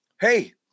Hey